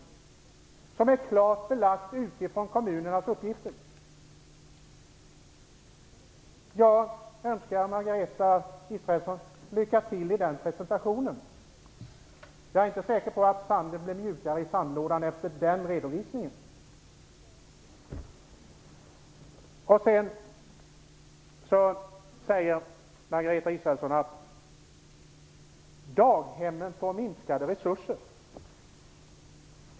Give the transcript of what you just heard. Detta är klart belagt utifrån kommunernas uppgifter. Jag önskar Margareta Israelsson lycka till i den presentationen, men jag är inte säker på att sanden i sandlådan blir mjukare efter den redovisningen. Margareta Israelsson säger också att daghemmen får minskade resurser.